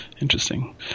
Interesting